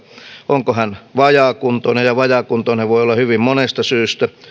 onko hän vajaakuntoinen ja vajaakuntoinen voi olla hyvin monesta syystä